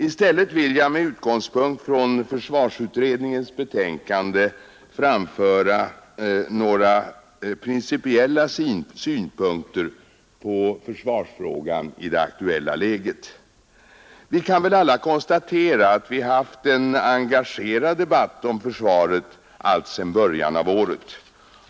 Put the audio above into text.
I stället vill jag med utgångspunkt i försvarsutredningens betänkande framföra några principiella synpunkter på försvarsfrågan i det aktuella läget. Vi kan väl alla konstatera att det förts en engagerad debatt om försvaret sedan början av året.